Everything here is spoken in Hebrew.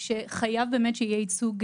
של חברת הכנסת מיכל רוזין, לקריאה שנייה ושלישית.